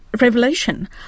revelation